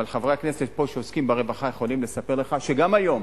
אבל חברי הכנסת פה שעוסקים ברווחה יכולים לספר לך שגם היום